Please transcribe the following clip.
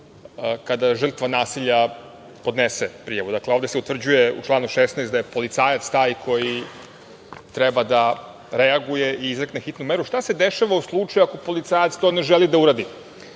kada žrtva nasilja podnese prijavu. Ovde se utvrđuje u članu 16. da je policajac taj koji treba da reaguje i izrekne hitnu meru. Šta se dešava u slučaju ako policajac to ne želi da uradi? Zašto